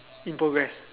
in progress